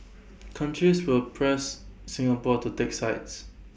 countries will press Singapore to take sides